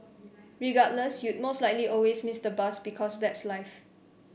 regardless you'd most likely always miss the bus because that's life